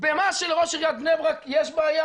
במה שלראש עיריית בני ברק יש בעיה,